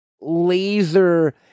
laser